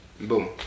boom